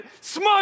smug